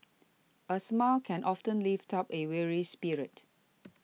a smile can often lift up a weary spirit